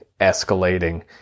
escalating